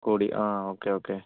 കൂടി ah okay okay